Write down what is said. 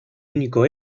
único